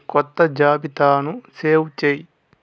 కొత్త జాబితాను సేవ్ చెయి